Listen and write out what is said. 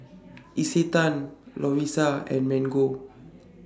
Isetan Lovisa and Mango